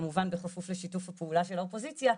כמובן בכפוף לשיתוף הפעולה של האופוזיציה,